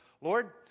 Lord